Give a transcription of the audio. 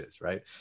right